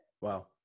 Wow